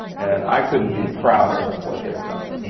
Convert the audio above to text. and i couldn't be prouder of what they've done.